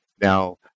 now